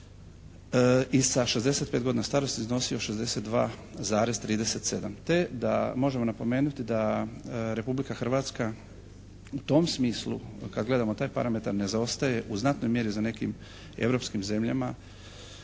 i sa 65 godina starosti iznosio 62,37 te da možemo napomenuti da Republika Hrvatska u tom smislu kad gledamo taj parametar ne zaostaje u znatnoj mjeri za nekim europskim zemljama.